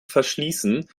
verschließen